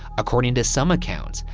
according to some accounts,